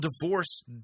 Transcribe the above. divorce